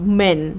men